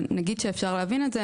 אבל נגיד שאפשר להבין את זה